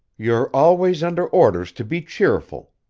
you're always under orders to be cheerful,